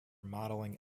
modelling